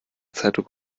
zeitdruck